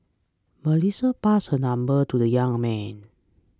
Melissa passed her number to the young man